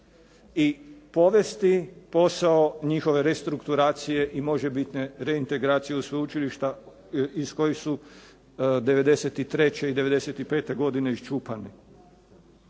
I povesti posao njihove restrukturacije i možebitne reintegracije u sveučilišta iz kojih su '93. i '95. godine iščupani.